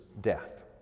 death